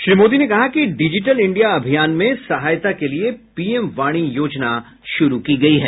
श्री मोदी ने कहा कि डिजिटल इंडिया अभियान में सहायता के लिए पी एम वाणी योजना शुरू की गई है